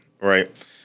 Right